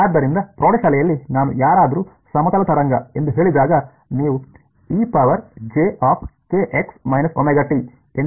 ಆದ್ದರಿಂದ ಪ್ರೌಢಶಾಲೆಯಲ್ಲಿ ನಾನು ಯಾರಾದರೂ ಸಮತಲ ತರಂಗ ಎಂದು ಹೇಳಿದಾಗ ನೀವು ಎಂದು ಏನು ಹೇಳುತ್ತೀರಿ